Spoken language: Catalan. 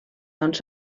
doncs